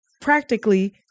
practically